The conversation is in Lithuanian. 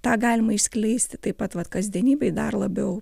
tą galima išskleisti taip pat vat kasdienybėj dar labiau